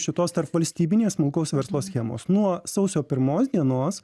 šitos tarpvalstybinės smulkaus verslo schemos nuo sausio pirmos dienos